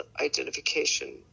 identification